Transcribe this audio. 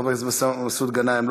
חבר הכנסת מסעוד גנאים,